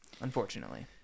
Unfortunately